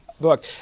book